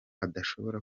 adashobora